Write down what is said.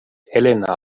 helena